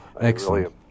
Excellent